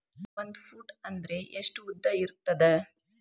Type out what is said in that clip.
ಒಂದು ಫೂಟ್ ಅಂದ್ರೆ ಎಷ್ಟು ಉದ್ದ ಇರುತ್ತದ?